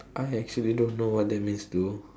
I actually don't know what's that means though